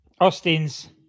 Austin's